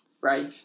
Right